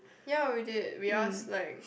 ya we did we ask like